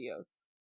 videos